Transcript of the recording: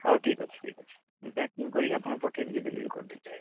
ହେଉ ଠିକ୍ ଅଛି ଠିକ୍ ଅଛି ମୁଁ ପ୍ୟାକିଂ କରିକି ଆପଣଙ୍କୁ ପଠାଇ ଦେଉଛି ଡେଲିଭରି କରିଦେଉଛି